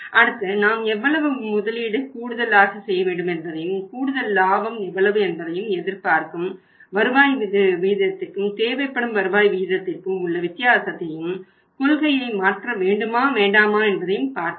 அடுத்து நாம் எவ்வளவு முதலீடு கூடுதலாக செய்ய வேண்டும் என்பதையும் கூடுதல் லாபம் எவ்வளவு என்பதையும் எதிர்பார்க்கும் வருவாய் விதத்திற்கும் தேவைப்படும் வருவாய் வீதத்திற்கும் உள்ள வித்தியாசத்தையும் கொள்கையை மாற்ற வேண்டுமா வேண்டாமா என்பதையும் பார்ப்போம்